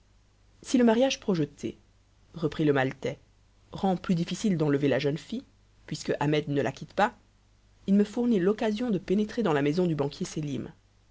si le mariage projeté reprit le maltais rend plus difficile d'enlever la jeune fille puisque ahmet ne la quitte pas il me fournit l'occasion de pénétrer dans la maison du banquier sélim